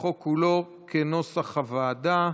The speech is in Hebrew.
לחוק כולו כנוסח הוועדה.